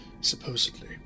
Supposedly